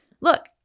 Look